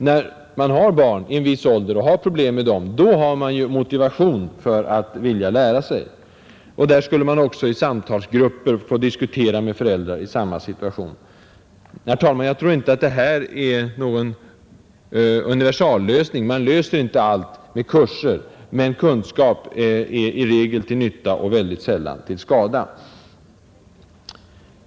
När man har barn i en viss ålder och har problem med dem har man ju motivation för att vilja lära sig. Där skulle man också i samtalsgrupper få diskutera med föräldrar i samma situation. Herr talman! Jag tror inte att detta är någon universallösning — man klarar inte allt med kurser — men kunskap är i regel till nytta och sällan till skada.